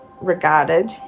regarded